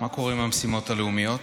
מה קורה עם המשימות הלאומיות?